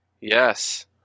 Yes